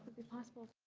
be possible